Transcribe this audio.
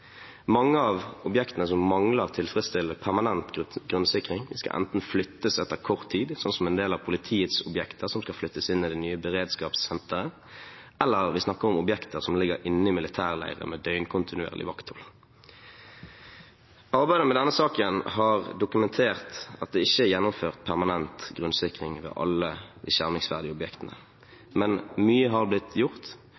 Mange av objektene som mangler tilfredsstillende permanent grunnsikring, skal enten flyttes etter kort tid – slik som en del av politiets objekter, som skal flyttes inn i det nye beredskapssenteret – eller vi snakker om objekter som ligger inne i militærleirer med døgnkontinuerlig vakt. Arbeidet med denne saken har dokumentert at det ikke er gjennomført permanent grunnsikring ved alle